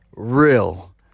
Real